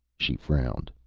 she frowned.